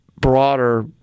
broader